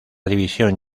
división